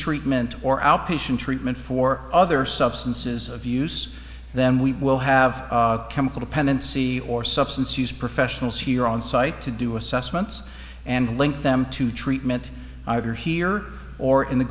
treatment or outpatient treatment for other substances of use then we will have chemical dependency or substance use professionals here on site to do assessments and link them to treatment either here or in the